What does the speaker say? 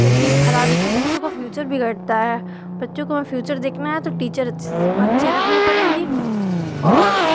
गति खराब इससे बच्चों का फ्यूचर बिगड़ता है बच्चों का फ्यूचर देखना है तो टीचर अच्छे से अच्छे रखने पड़ेगी और